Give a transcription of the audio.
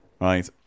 right